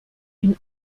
une